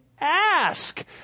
ask